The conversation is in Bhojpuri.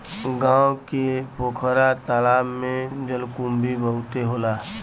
गांव के पोखरा तालाब में जलकुंभी बहुते होला